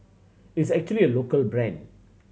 it's actually a local brand